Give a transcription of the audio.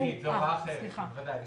תכף אני אגיד, זאת הוראה אחרת, ודאי.